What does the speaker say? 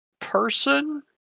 person